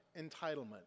entitlement